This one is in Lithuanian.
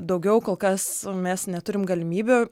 daugiau kol kas mes neturim galimybių